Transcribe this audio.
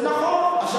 זה נכון.